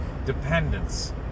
dependence